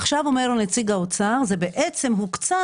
עכשיו אומר נציג האוצר שזה בעצם הוקצה